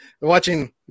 Watching